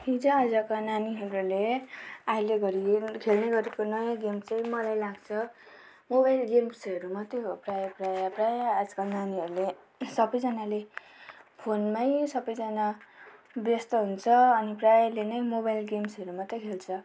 हिजोआजको नानीहरूले अहिले घरिघरि खेल्ने गरेको नयाँ गेम चाहिँ मलाई लाग्छ मोबाइल गेम्सहरू मात्रै प्राय प्राय प्राय आजकल नानीहरूले सबैजनाले फोनमै सबैजना व्यस्त हुन्छ अनि प्रायले नै मोबाइल गेम्सहरू मात्रै खेल्छ